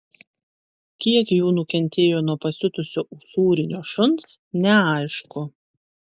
kiek jų nukentėjo nuo pasiutusio usūrinio šuns neaišku